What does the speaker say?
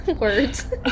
words